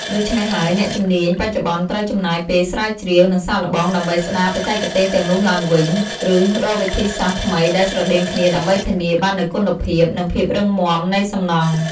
ដូច្នេះហើយ អ្នកជំនាញបច្ចុប្បន្នត្រូវចំណាយពេលស្រាវជ្រាវ និងសាកល្បងដើម្បីស្ដារបច្ចេកទេសទាំងនោះឡើងវិញ ឬរកវិធីសាស្រ្តថ្មីដែលស្រដៀងគ្នាដើម្បីធានាបាននូវគុណភាព និងភាពរឹងមាំនៃសំណង់។